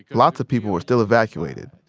lots of people were still evacuated,